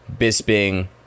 Bisping